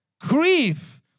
Grief